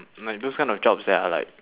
like those kinds of jobs that are like